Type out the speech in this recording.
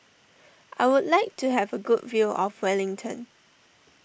I would like to have a good view of Wellington